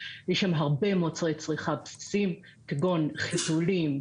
יש שם הרבה מוצרי צריכה בסיסיים כגון חיתולים,